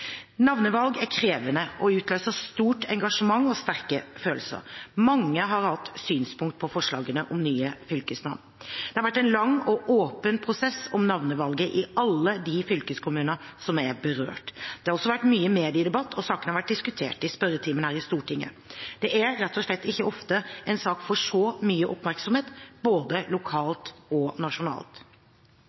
Navnevalg er krevende og utløser stort engasjement og sterke følelser. Mange har hatt synspunkter på forslagene om nye fylkesnavn. Det har vært en lang og åpen prosess om navnevalget i alle de fylkeskommunene som er berørt. Det har også vært mye mediedebatt, og saken har vært diskutert i spørretimen her i Stortinget. Det er rett og slett ikke ofte at en sak får så mye oppmerksomhet både lokalt og nasjonalt.